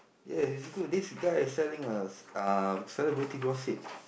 ya it's good this guy is selling a uh celebrity gossip